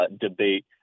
debate